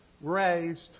raised